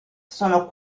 sono